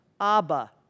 Abba